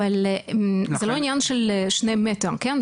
אבל זה לא עניין של שני מטר, כן?